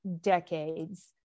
decades